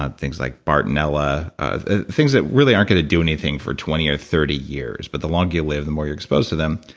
ah things like bartonella. ah things that really aren't going to do anything for twenty or thirty years. but the longer you live, the more you're exposed to them.